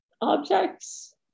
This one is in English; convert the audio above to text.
objects